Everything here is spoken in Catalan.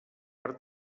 per